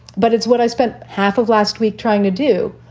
but it's what i spent half of last week trying to do.